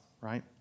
right